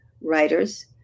writers